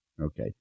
Okay